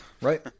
right